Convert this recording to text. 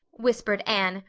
whispered anne,